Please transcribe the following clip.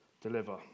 deliver